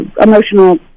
emotional